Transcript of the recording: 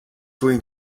going